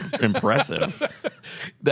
impressive